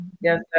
Yes